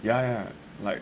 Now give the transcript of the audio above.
ya ya like